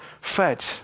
fed